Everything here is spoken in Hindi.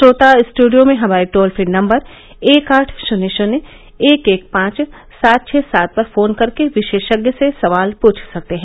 श्रोता स्टूडियो में हमारे टोल फ्री नम्बर एक आठ शून्य शून्य एक एक पांच सात छ सात पर फोन करके विशेषज्ञ से सवाल पूछ सकते हैं